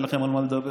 אין לכם על מה לדבר.